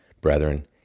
Brethren